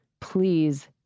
please